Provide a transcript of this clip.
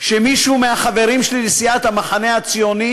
שמישהו מהחברים שלי לסיעת המחנה הציוני